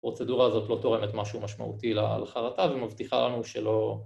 ‫הפרוצדורה הזאת לא תורמת ‫משהו משמעותי לחרטה ‫ומבטיחה לנו שלא...